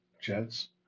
Jets